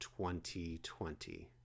2020